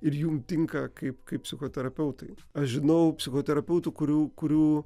ir jum tinka kaip kaip psichoterapeutai aš žinau psichoterapeutų kurių kurių